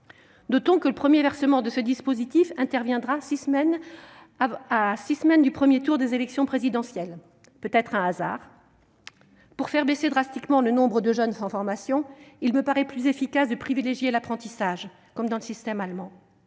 aussi que le premier versement de ce dispositif interviendra à six semaines du premier tour des élections présidentielles. Serait-ce un hasard ? Pour faire baisser radicalement le nombre de jeunes sans formation, il me paraîtrait plus efficace de privilégier l'apprentissage, comme dans le système allemand.